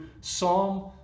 Psalm